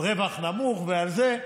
על רווח נמוך ועל זה.